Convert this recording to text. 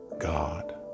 god